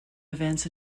events